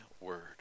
word